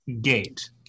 gate